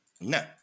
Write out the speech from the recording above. No